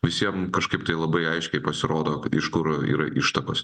visiem kažkaip tai labai aiškiai pasirodo kad iš kur yra ištakos